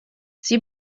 sie